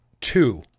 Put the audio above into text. two